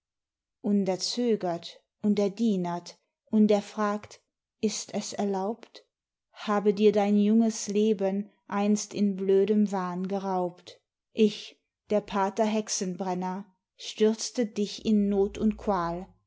zögert und er dienert und er fragt ist es erlaubt habe dir dein junges leben einst in blödem wahn geraubt ich der pater hexenbrenner stürzte dich in not und qual